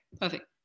Perfect